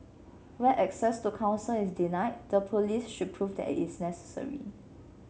where access to counsel is denied the police should prove that is necessary